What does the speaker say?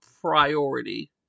priority